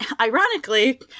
ironically